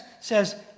says